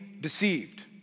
deceived